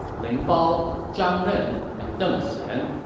ling bao, zhang ren, and deng xian.